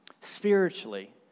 Spiritually